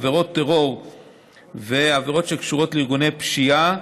עבירות טרור ועבירות שקשורות לארגוני פשיעה,